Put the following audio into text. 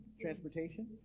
transportation